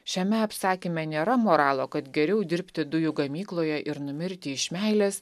šiame apsakyme nėra moralo kad geriau dirbti dujų gamykloje ir numirti iš meilės